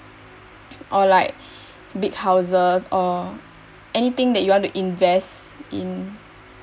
or like big houses or anything that you want to invest in